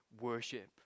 worship